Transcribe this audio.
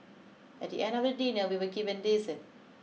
at the end of dinner we were given dessert